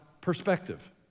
perspective